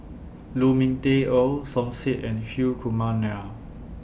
Lu Ming Teh Earl Som Said and Hri Kumar Nair